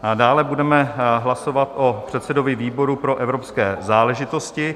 Dále budeme hlasovat o předsedovi výboru pro evropské záležitosti.